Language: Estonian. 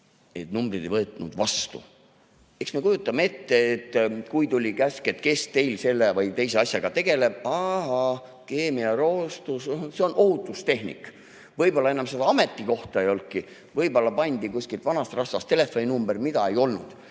evakueerida, ei vastanud. Eks me kujutame ette, et tuli käsk [teada anda], kes teil selle või teise asjaga tegeleb – ahah, keemiareostus, seega ohutustehnik. Võib-olla enam seda ametikohta ei olnudki, võib-olla pandi kuskil vanast rasvast telefoninumber, mida ei olnud.